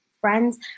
friends